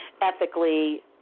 ethically